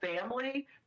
family